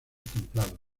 templados